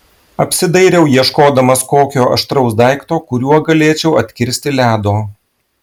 apsidairiau ieškodamas kokio aštraus daikto kuriuo galėčiau atkirsti ledo